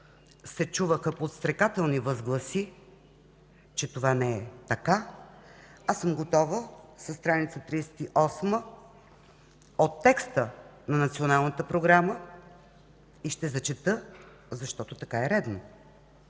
се чуваха подстрекателни възгласи, че това не е така, готова съм да цитирам страница 38 от текста на Националната програма. Чета текста, защото така е редно: